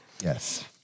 Yes